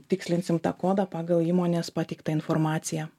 tikslinsim tą kodą pagal įmonės pateiktą informaciją